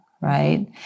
right